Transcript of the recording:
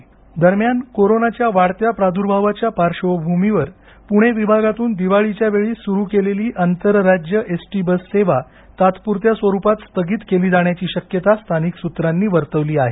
दरम्यान दरम्यान कोरोनाच्या वाढत्या प्रादुर्भावाच्या पार्श्वभूमीवर पुणे विभागातून दिवाळीच्या वेळी सुरु केलेली आंतरराज्य एस टी बस सेवा तात्पुरत्या स्वरूपात स्थगित केली जाण्याची शक्यता स्थानिक सूत्रांनी वर्तवली आहे